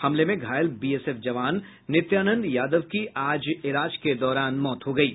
हमले में घायल बीएसएफ जवान नित्यानंद यादव की आज इलाज के दौरान मौत हो गयी